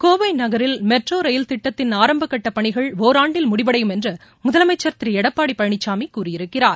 கோவை நகரில் மெட்ரோ ரயில்திட்டத்தின் ஆரம்பக்கட்ட பணிகள் ஒராண்டில் முடிவடையும் என்று முதலமைச்சர் திரு எடப்பாடி பழனிசாமி கூறியிருக்கிறார்